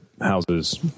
houses